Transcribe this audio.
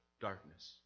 darkness